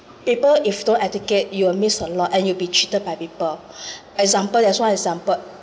people if don't educate you will miss a lot and you'll be cheated by people example there's one example